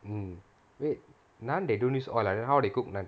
mm wait naan they don't use oil ah then how they cook naan